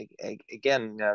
Again